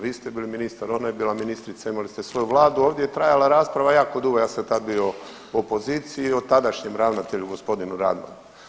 Vi ste bili ministar, ona je bila ministrica, imali ste svoju vladu, ovdje je trajala rasprava jako dugo, ja sam tad bio u opoziciji, o tadašnjem ravnatelju gospodinu Radmanu.